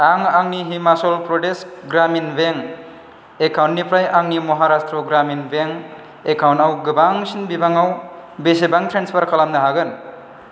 आं आंनि हिमाचल प्रदेश ग्रामिन बेंक एकाउन्टनिफ्राय आंनि महाराष्ट्र ग्रामिन बेंक एकाउन्टआव गोबांसिन बिबाङाव बेसेबां ट्रेन्सफार खालामनो हागोन